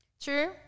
True